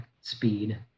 Speed